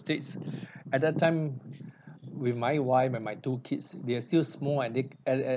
states at that time with my wife and my two kids they are still small and they uh uh